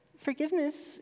Forgiveness